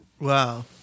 Wow